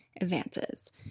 advances